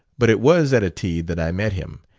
but it was at a tea that i met him.